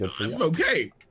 okay